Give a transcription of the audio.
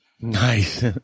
Nice